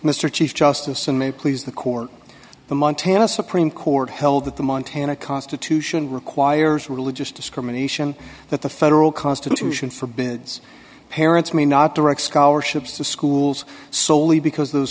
mr chief justice and may please the court the montana supreme court held that the montana constitution requires religious discrimination that the federal constitution forbids parents may not direct scholarships to schools solely because those